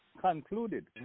Concluded